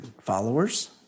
followers